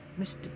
Mr